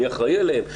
מי אחראי עליהן,